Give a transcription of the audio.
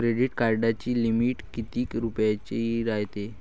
Credit कार्डाची limit कितीक रुपयाची रायते?